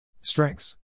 Strengths